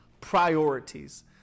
priorities